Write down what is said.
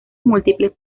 múltiples